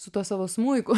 su tuo savo smuiku